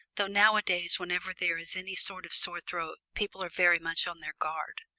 though nowadays whenever there is any sort of sore throat people are very much on their guard.